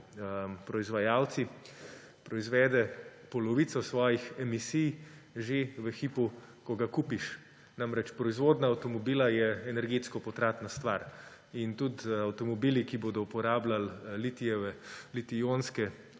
proizvajalci, proizvede polovico svojih emisij že v hipu, ko ga kupiš. Namreč, proizvodnja avtomobila je energetsko potratna stvar in tudi avtomobili, ki bodo uporabljali liti-ionske